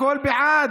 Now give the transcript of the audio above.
הכול בעד,